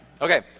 Okay